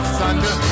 thunder